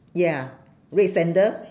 ya red sandal